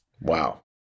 Wow